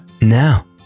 now